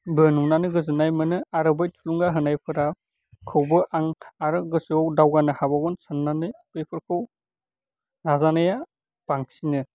बो नुनानै गोजोननाय मोनो आरो बै थुलुंगा होनायफोरा खौबो आं आरो गोसोयाव दावगानो हाबावगोन साननानै बेफोरखौ नाजानाया बांसिनो